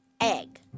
egg